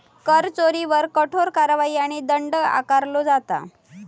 कर चोरीवर कठोर कारवाई आणि दंड आकारलो जाता